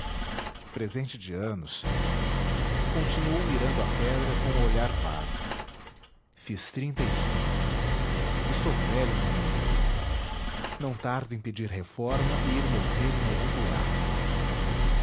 presente presente de anos continuou mirando a pedra com o olhar vago fiz trinta e cinco estou velho meu menino não tardo em pedir reforma e ir morrer em algum buraco